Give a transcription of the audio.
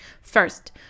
First